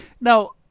Now